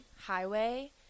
highway